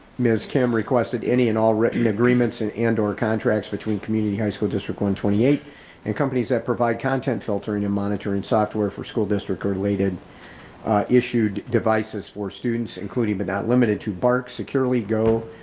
miss kim requested any and all written agreements and and or contracts between community high school district one hundred and twenty eight and companies that provide content filtering and monitoring software for school district related issued devices for students including but not limited to bark securely go,